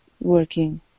working